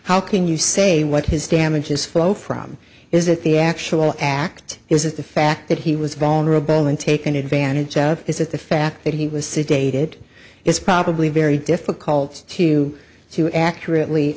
how can you say what his damages flow from is that the actual act is the fact that he was vulnerable and taken advantage of is that the fact that he was sedated is probably very difficult to to accurately